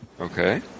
Okay